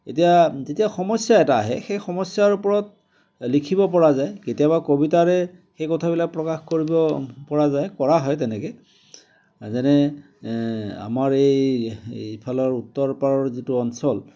এতিয়া যেতিয়া সমস্যা এটা আহে সেই সমস্যাৰ ওপৰত লিখিব পৰা যায় কেতিয়াবা কবিতাৰে সেই কথাবিলাক প্ৰকাশ কৰিব পৰা যায় কৰা হয় তেনেকে যেনে আমাৰ এই এইফালৰ উত্তৰ পাৰৰ যিটো অঞ্চল